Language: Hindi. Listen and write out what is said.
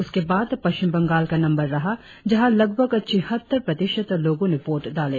उसके बाद पश्चिमबंगाल का नंबर रहा जहाँ लगभग छिहत्तर प्रतिशत लोगो ने वोट डाले